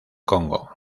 congo